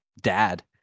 dad